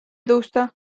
tõusta